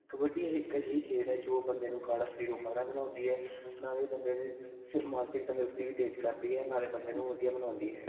ਕਬੱਡੀ ਇੱਕ ਅਜਿਹੀ ਖੇਡ ਹੈ ਜੋ ਬੰਦੇ ਨੂੰ ਕਾਲਾ ਸ਼ਰੀਰੋਂ ਕਾਲਾ ਬਣਾਉਂਦੀ ਹੈ ਨਾਲੇ ਬੰਦੇ ਨੂੰ ਸ ਮਾਨਸਿਕ ਤੰਦਰੁਸਤੀ ਵੀ ਤੇਜ਼ ਕਰਦੀ ਹੈ ਨਾਲੇ ਬੰਦੇ ਨੂੰ ਵਧੀਆ ਬਣਾਉਂਦੀ ਹੈ